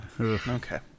Okay